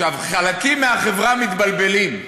עכשיו, חלקים מהחברה מתבלבלים,